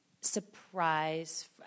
surprise